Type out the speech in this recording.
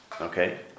Okay